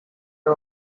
are